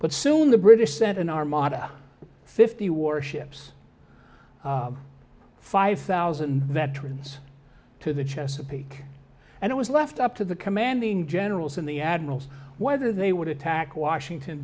but soon the british sent an armada fifty warships five thousand veterans to the chesapeake and it was left up to the commanding generals and the admirals whether they would attack washington